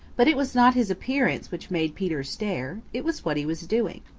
but it was not his appearance which made peter stare it was what he was doing.